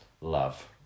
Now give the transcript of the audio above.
Love